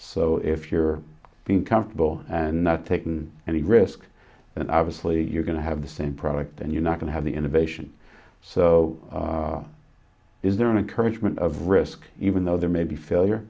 so if you're being comfortable and not taken any risks that obviously you're going to have the same product and you're not going to have the innovation so is there any courage of risk even though there may be failure